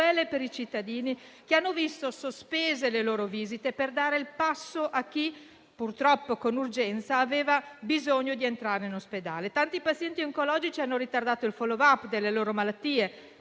per i cittadini che hanno visto sospese le loro visite, per dare il passo a chi purtroppo aveva bisogno di entrare in ospedale con urgenza. Tanti pazienti oncologici hanno ritardato il *follow-up* delle loro malattie,